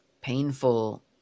painful